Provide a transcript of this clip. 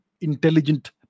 intelligent